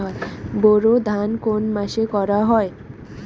বোরো ধান কোন মাসে করা হয়?